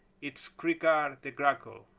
it's creaker the grackle.